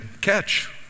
catch